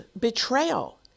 betrayal